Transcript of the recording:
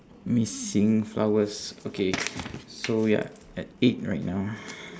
missing flowers okay so ya at eight right now